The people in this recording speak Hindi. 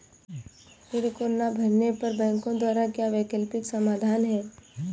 ऋण को ना भरने पर बैंकों द्वारा क्या वैकल्पिक समाधान हैं?